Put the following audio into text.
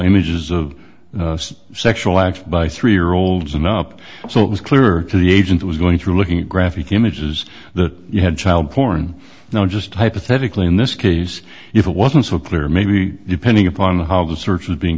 images of sexual acts by three year olds and up so it was clear to the agent was going through looking at graphic images that you had child porn now just hypothetically in this case if it wasn't so clear maybe depending upon how the search was being